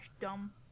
dumb